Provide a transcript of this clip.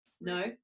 No